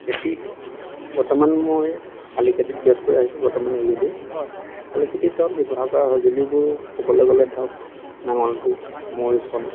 খেতিত বৰ্তমান মই শালিখেতিত ব্যস্ত হৈ আছোঁ বৰ্তমান এইকেইদিন শালি খেতিত ব্যৱহাৰ কৰা সঁজুলিবোৰ ক'বলৈ গ'লে ধৰক নাঙলটো মৈখন